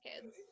kids